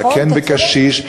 זקן וקשיש,